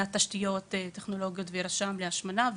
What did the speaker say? המשרד פועל לבנייה של תשתיות טכנולוגיות ורשם להשמנה,